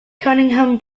cunningham